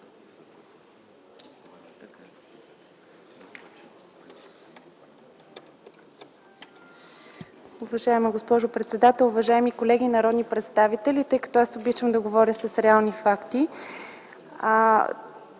Уважаема госпожо председател, уважаеми колеги народни представители! Тъй като аз обичам да говоря с реални факти,